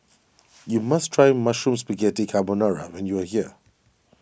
you must try Mushroom Spaghetti Carbonara when you are here